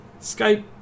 Skype